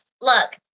look